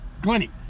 Glenny